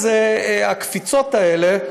אז הקפיצות האלה,